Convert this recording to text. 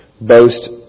boast